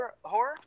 horror